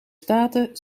staten